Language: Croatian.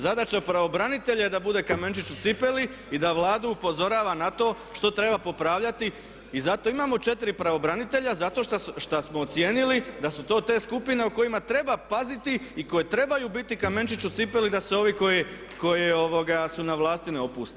Zadaća pravobranitelja je da bude kamenčić u cipeli i da Vladu upozorava na to što treba popravljati i zato imamo četiri pravobranitelja zato što smo ocijenili da su to te skupine o kojima treba paziti i koje trebaju biti kamenčić u cipeli da se ovi koji su na vlasti ne opuste.